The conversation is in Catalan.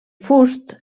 fust